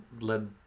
led